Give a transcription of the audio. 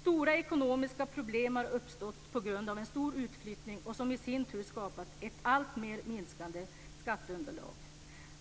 Stora ekonomiska problem har uppstått på grund av en stor utflyttning, som i sin tur skapat ett alltmer minskande skatteunderlag.